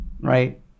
right